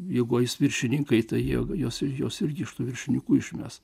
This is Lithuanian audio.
jeigu eis viršininkai tai jie juos juos irgi iš tų viršininkų išmes